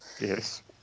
Yes